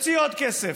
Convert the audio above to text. יוציא עוד כסף,